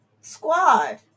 squad